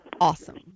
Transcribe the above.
awesome